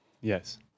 Yes